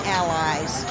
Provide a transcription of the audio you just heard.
allies